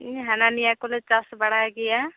ᱦᱟᱱᱟ ᱱᱤᱭᱟᱹ ᱠᱚᱞᱮ ᱪᱟᱥ ᱵᱟᱲᱟᱭ ᱜᱮᱭᱟ